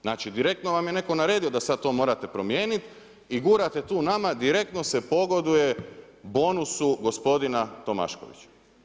Znači direktno vam je netko naredio da sad to morate promijeniti i gurate tu nama, direktno se pogoduje bonusu gospodina Tomaškovića.